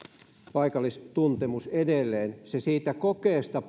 paikallistuntemus edelleen se paikallistuntemuskoeosio siitä kokeesta